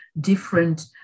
different